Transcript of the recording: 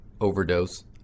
overdose